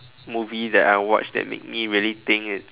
movie that I watch that make me really think is